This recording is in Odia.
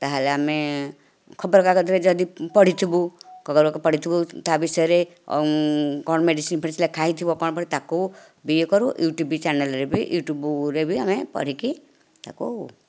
ତା'ହେଲେ ଆମେ ଖବର କାଗଜରେ ଯଦି ପଢ଼ିଥିବୁ ତା ବିଷୟରେ କ'ଣ ମେଡ଼ିସିନ ଫେଡ଼ିସିନ ଲେଖା ହୋଇଥିବ କ'ଣ ତାକୁ ଇଏ କରୁ ୟୁଟ୍ୟୁବ ଚ୍ୟାନେଲରେ ୟୁଟ୍ୟୁବରେ ବି ଆମେ ପଢ଼ିକି ତାକୁ